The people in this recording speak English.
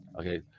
Okay